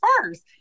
first